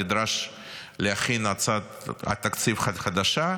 נדרש להכין הצעת תקציב חדשה,